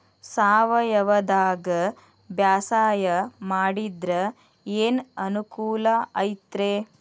ಸಾವಯವದಾಗಾ ಬ್ಯಾಸಾಯಾ ಮಾಡಿದ್ರ ಏನ್ ಅನುಕೂಲ ಐತ್ರೇ?